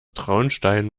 traunstein